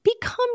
become